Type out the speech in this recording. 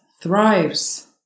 thrives